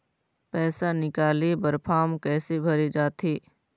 पैसा निकाले बर फार्म कैसे भरे जाथे?